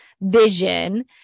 vision